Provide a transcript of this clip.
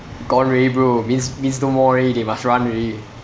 gone already bro means means no more already they must run already